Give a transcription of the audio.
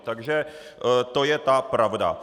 Takže to je ta pravda.